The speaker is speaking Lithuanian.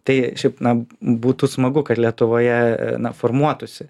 tai šiaip na būtų smagu kad lietuvoje na formuotųsi